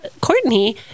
Courtney